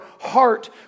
heart